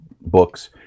books